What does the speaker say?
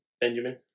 Benjamin